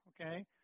okay